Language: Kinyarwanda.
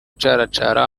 gucaracara